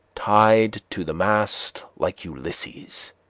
tied to the mast like ulysses.